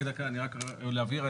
רק להבהיר,